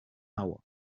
hour